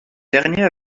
dernier